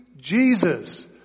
Jesus